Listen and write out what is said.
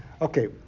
okay